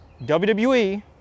WWE